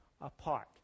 apart